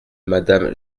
madame